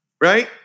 Right